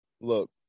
look